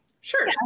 Sure